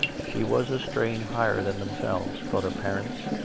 she was a strain higher than themselves, thought her parents,